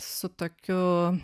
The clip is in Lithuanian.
su tokiu